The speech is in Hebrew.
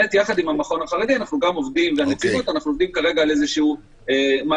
יחד עם המכון החרדי והנציבות אנחנו עובדים על איזשהו מערך,